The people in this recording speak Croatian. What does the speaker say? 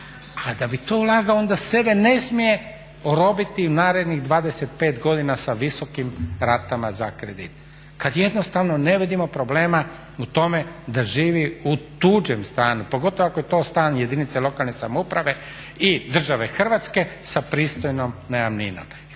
a da bi u to ulagao onda sebe ne smije orobiti u narednih 25 godina sa visokim ratama za kredit. Kada jednostavno ne vidimo problema u tome da živi u tuđem stanu, pogotovo ako je to stran jedinice lokalne samouprave i države Hrvatske sa pristojnom najamninom.